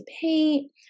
paint